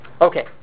Okay